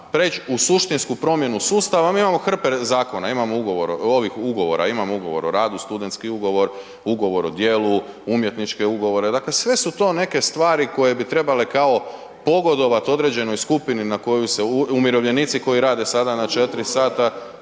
preći u suštinsku promjenu sustava. Mi imamo hrpe zakona, imamo ugovora, ovih ugovora, imamo ugovora o radu, studentski ugovor, ugovor o djelu, umjetničke ugovore, dakle sve su to neke stvari koje bi trebale kao pogodovati određenoj skupini na koju se, umirovljenici koji rade sada na 4 sata,